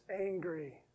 angry